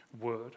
Word